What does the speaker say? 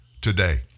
today